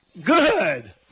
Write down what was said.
good